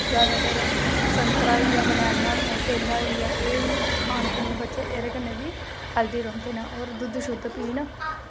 जादैतर संतरा होइया बनैना केला होइया एह्बी खान बच्चे एह्दे कन्नै बी हेल्थी रौहंदे न कन्नै दुद्ध पीना